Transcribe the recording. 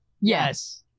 Yes